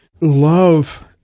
Love